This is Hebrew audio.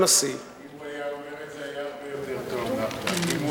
אם הוא היה אומר את זה, היה הרבה יותר טוב, נחמן.